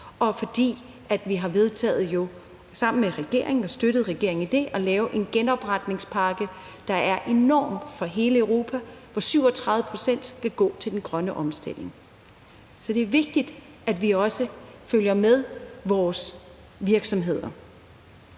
og fordi vi jo sammen med regeringen – har støttet regeringen i det – har lavet en enorm genopretningspakke for hele Europa, hvor 37 pct. skal gå til den grønne omstilling. Så det er vigtigt, at vi også følger med vores virksomheder.